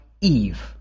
Eve